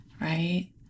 right